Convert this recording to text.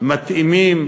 מתאימים